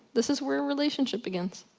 this is where a relationship begins,